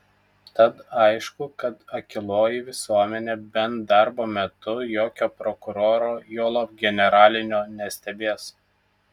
tad aišku kad akyloji visuomenė bent darbo metu jokio prokuroro juolab generalinio nestebės